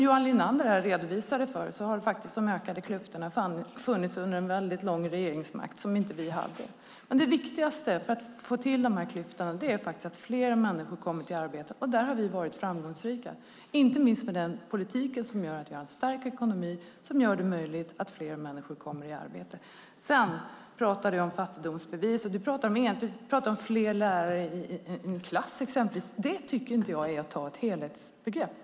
Johan Linander redovisade att de ökande klyftorna har funnits under en väldigt lång regeringsmakt som vi inte hade. Det viktigaste för att få bort de här klyftorna är att fler människor kommer i arbete, och där har vi varit framgångsrika. Vi har en politik som gör att vi har en stark ekonomi, och det gör det möjligt för fler människor att få arbete. Sedan pratar du om fattigdomsbevis. Du pratar exempelvis om fler lärare i en klass. Jag tycker inte att det är att ta ett helhetsgrepp.